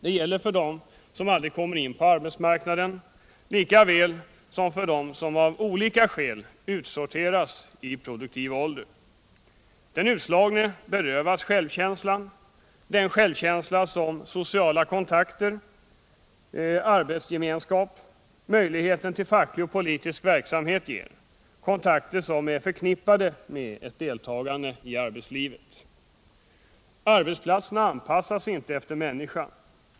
Det gäller för dem som aldrig kommer in på arbetsmarknaden lika väl som för dem som av olika skäl utsorteras i produktiv ålder. Den utslagne berövas självkänslan, den självkänsla som sociala kontakter, arbetsgemenskap, möjligheten till facklig och politisk verksamhet ger — kontakter som är förknippade med ett deltagande i arbetslivet. Arbetsplatserna anpassas inte efter människan.